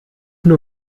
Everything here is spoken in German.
nur